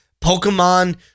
Pokemon